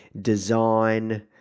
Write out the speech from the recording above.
design